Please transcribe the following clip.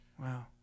Wow